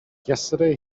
yesterday